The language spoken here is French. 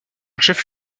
chef